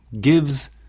gives